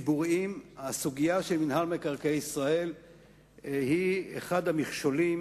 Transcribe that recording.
הסוגיה של מינהל מקרקעי ישראל היא אחד המכשולים